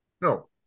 No